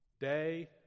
Day